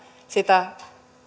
sitä